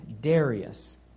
Darius